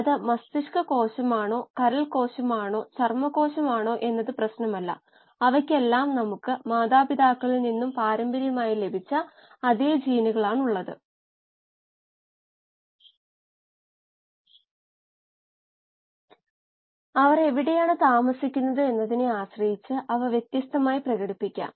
ഈ പ്രഭാഷണത്തിൽ നമുക്ക് മുന്നോട്ട് പോകാം ആ പ്രശ്നം പരിഹരിക്കാം